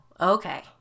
okay